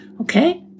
Okay